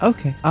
Okay